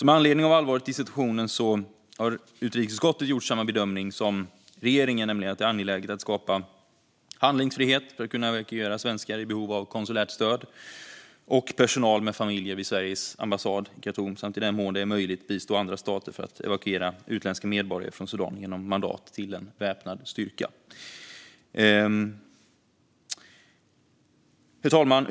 Med anledning av allvaret i situationen har utrikesutskottet gjort samma bedömning som regeringen: att det är angeläget att skapa handlingsfrihet för att kunna evakuera svenskar i behov av konsulärt stöd och personal med familjer vid Sveriges ambassad i Khartoum samt i den mån det är möjligt bistå andra stater för att evakuera utländska medborgare från Sudan genom att ge mandat till en väpnad styrka. Herr talman!